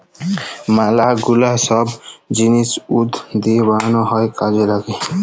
ম্যালা গুলা ছব জিলিস উড দিঁয়ে বালাল হ্যয় কাজে ল্যাগে